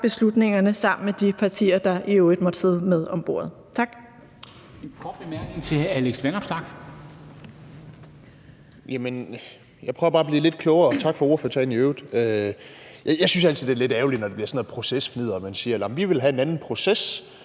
beslutningerne, altså sammen med de partier, der i øvrigt måtte sidde med om bordet. Tak.